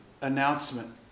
announcement